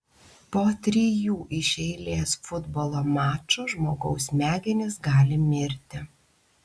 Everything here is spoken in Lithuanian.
po trijų iš eilės futbolo mačų žmogaus smegenys gali mirti